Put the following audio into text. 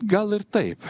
gal ir taip